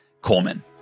Coleman